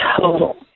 total